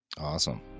Awesome